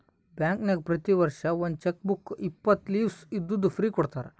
ಬ್ಯಾಂಕ್ನಾಗ್ ಪ್ರತಿ ವರ್ಷ ಒಂದ್ ಚೆಕ್ ಬುಕ್ ಇಪ್ಪತ್ತು ಲೀವ್ಸ್ ಇದ್ದಿದ್ದು ಫ್ರೀ ಕೊಡ್ತಾರ